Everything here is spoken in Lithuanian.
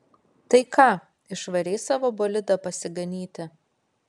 tai ką išvarei savo bolidą pasiganyti